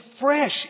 fresh